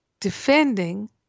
defending